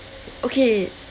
okay